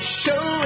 show